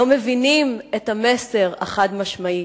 לא מבינים את המסר החד-משמעי: